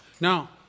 Now